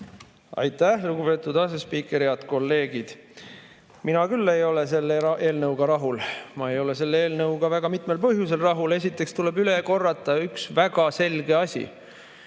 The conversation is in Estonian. Aitäh, lugupeetud asespiiker! Head kolleegid! Mina küll ei ole selle eelnõuga rahul. Ma ei ole selle eelnõuga väga mitmel põhjusel rahul. Esiteks tuleb üle korrata üks väga selge asi.